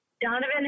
Donovan